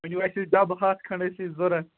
ؤلِو اَسہِ ٲسۍ ڈبہٕ ہَتھ کھنٛڈ ٲسۍ اَسہِ ضروٗرت